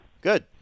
Good